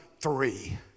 three